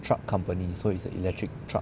truck company so is a electric truck